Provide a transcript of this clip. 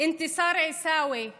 אנתסאר אל-עיסאווי מרמלה,